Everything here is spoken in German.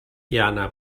jana